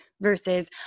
versus